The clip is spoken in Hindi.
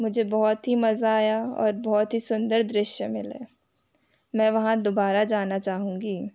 मुझे बहुत ही मज़ा आया और बहुत ही सुंदर दृश्य मिले मैं वहाँ दोबारा जाना चाहूँगी